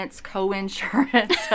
co-insurance